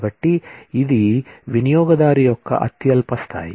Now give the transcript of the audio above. కాబట్టి ఇది వినియోగదారు యొక్క అత్యల్ప స్థాయి